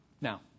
Now